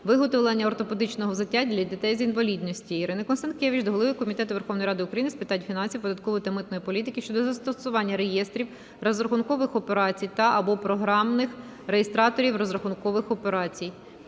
виготовлення ортопедичного взуття для дітей з інвалідністю. Ірини Констанкевич до голови Комітету Верховної Ради України з питань фінансів, податкової та митної політики щодо застосування Реєстраторів розрахункових операцій та/або Програмних реєстраторів розрахункових операцій.